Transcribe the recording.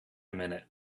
minute